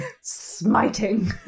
smiting